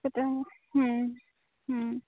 କେତେ ହମ୍ମ ହମ୍ମ